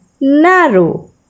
narrow